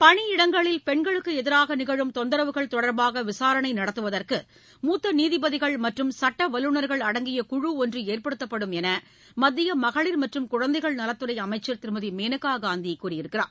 பணியிடங்களில் பென்களுக்கு எதிராக நிகழும் தொந்தரவுகள் தொடர்பாக விசாரணை நடத்துவதற்கு மூத்த நீதிபதிகள் மற்றும் சுட்ட வல்லுநர்கள் அடங்கிய குழு ஒன்று ஏற்படுத்தப்படும் என்று மத்திய மகளிர் மற்றும் குழந்தைகள் நலத்துறை அமைச்சர் திருமதி மேனகா காந்தி கூறியிருக்கிறார்